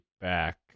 back